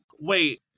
Wait